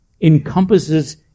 encompasses